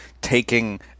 taking